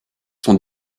sont